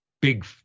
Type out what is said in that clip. Big